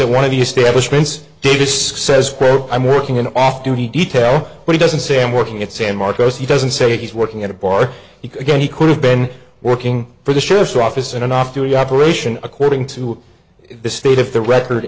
at one of the establishments he just says i'm working in an off duty detail but he doesn't say i'm working in san marcos he doesn't say he's working at a bar he again he could have been working for the sheriff's office in an off duty operation according to this state if the record